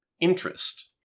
interest